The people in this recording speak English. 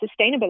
sustainability